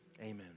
Amen